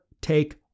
take